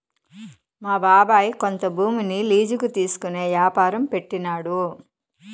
మా బాబాయ్ కొంత భూమిని లీజుకి తీసుకునే యాపారం పెట్టినాడు